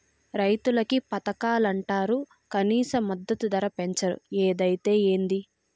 రైతులకి పథకాలంటరు కనీస మద్దతు ధర పెంచరు ఏదైతే ఏంది